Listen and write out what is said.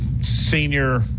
senior